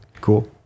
cool